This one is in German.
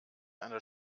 einer